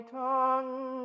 tongue